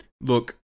look